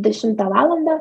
dešimtą valandą